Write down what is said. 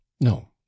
no